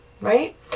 right